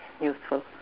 useful